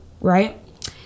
right